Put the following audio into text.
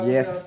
Yes